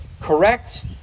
correct